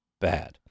bad